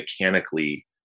mechanically